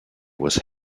was